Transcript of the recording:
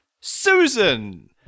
Susan